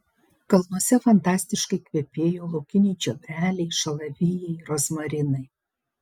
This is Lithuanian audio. kalnuose fantastiškai kvepėjo laukiniai čiobreliai šalavijai rozmarinai